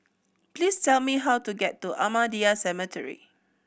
please tell me how to get to Ahmadiyya Cemetery